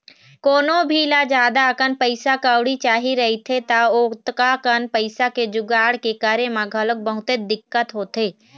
कोनो भी ल जादा अकन पइसा कउड़ी चाही रहिथे त ओतका कन पइसा के जुगाड़ के करे म घलोक बहुतेच दिक्कत होथे